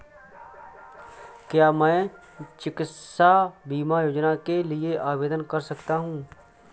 क्या मैं चिकित्सा बीमा योजना के लिए आवेदन कर सकता हूँ?